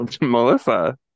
melissa